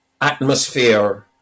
atmosphere